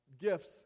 gifts